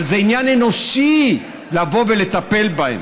אבל זה עניין אנושי לבוא ולטפל בהם.